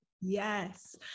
Yes